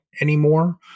anymore